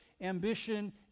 ambition